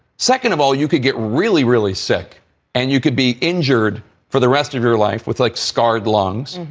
second of all, you can get really, really sick and you could be injured for the rest of your life with like scarred lungs.